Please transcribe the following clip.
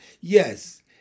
Yes